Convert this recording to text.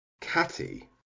catty